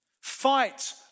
fight